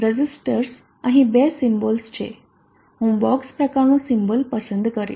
resistors અહી બે symbols છે હું બોક્સ પ્રકારનો સિમ્બોલ પસંદ કરીશ